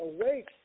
Awake